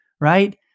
right